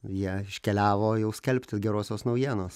jie iškeliavo jau skelbti gerosios naujienos